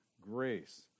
grace